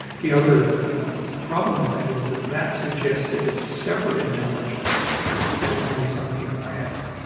the other problem with that is that that suggests that it's a separate intelligence that only some people have,